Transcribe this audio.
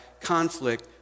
conflict